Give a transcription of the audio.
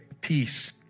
peace